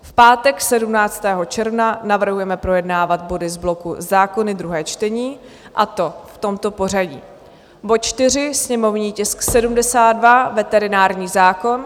V pátek 17. června navrhujeme projednávat body z bloku Zákony druhé čtení, a to v tomto pořadí: bod 4, sněmovní tisk 72 veterinární zákon;